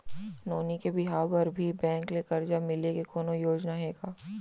नोनी के बिहाव बर भी बैंक ले करजा मिले के कोनो योजना हे का?